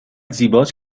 زیباست